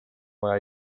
vaja